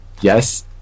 Yes